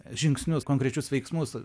žingsnius konkrečius veiksmus